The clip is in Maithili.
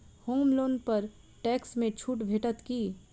होम लोन पर टैक्स मे छुट भेटत की